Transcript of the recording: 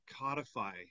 codify